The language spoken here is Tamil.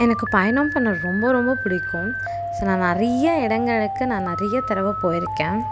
எனக்கு பயணம் பண்ண ரொம்ப ரொம்ப பிடிக்கும் ஸோ நான் நிறைய இடங்களுக்கு நான் நிறைய தடவை போயிருக்கேன்